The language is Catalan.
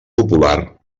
popular